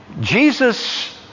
Jesus